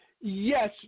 Yes